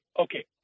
Okay